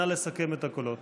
נא לסכם את הקולות.